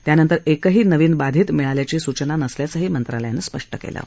त्यानंतर किही नवीन बाधित मिळाल्याची सूचना नसल्याचंही मंत्रालयानं स्पष्ट केलं आहे